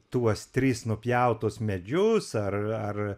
tuos tris nupjautus medžius ar ar